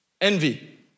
Envy